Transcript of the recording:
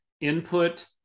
input